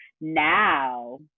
now